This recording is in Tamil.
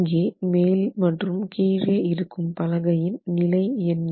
இங்கே மேல் மற்றும் கீழ் இருக்கும் பலகையின் நிலை என்ன